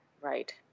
Right